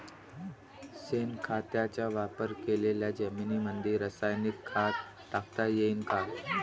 शेणखताचा वापर केलेल्या जमीनीमंदी रासायनिक खत टाकता येईन का?